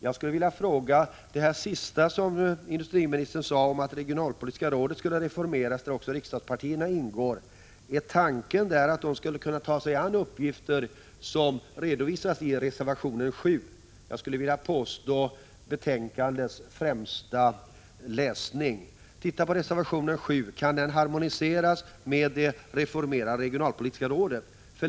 Jag skulle vilja fråga beträffande det sista industriministern sade, att regionalpolitiska rådet skulle reformeras och att också riksdagspartierna skulle ingå: Är tanken att rådet skulle kunna ta sig an sådana uppgifter som redovisas i reservation 7, som jag vill påstå är betänkandets främsta läsning? Se på vad som står i reservation 7! Kan det harmoniseras med det reformerade regionalpolitiska rådet?